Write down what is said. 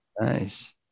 Nice